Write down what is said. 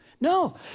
No